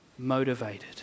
motivated